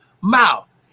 mouth